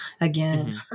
again